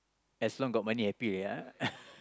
as long got money happy already ah